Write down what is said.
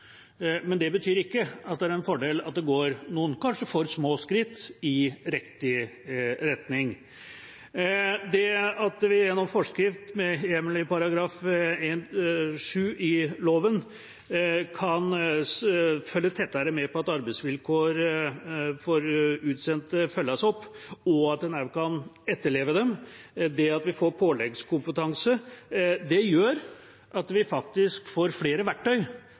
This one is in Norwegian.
men det betyr ikke at det ikke er en fordel at det går noen kanskje for små skritt i riktig retning. Det at vi gjennom forskrift, med hjemmel i § 1-7 i loven, kan følge tettere med på at arbeidsvilkår for utsendte følges opp, og også kan etterleve dem – det at vi får påleggskompetanse – gjør at vi faktisk får flere verktøy